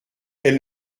elle